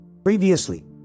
Previously